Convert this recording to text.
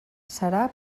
serà